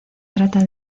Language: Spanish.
trata